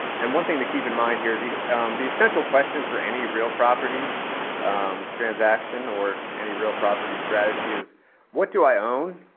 and one thing to keep in mind here is the central questions for any real property transaction or any real property strategy is what do i own?